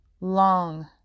long